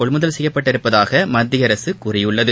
கொள்முதல் செய்யப்பட்டுள்ளதாக மத்திய அரசு கூறியுள்ளது